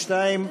22,